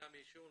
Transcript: גמילה מעישון,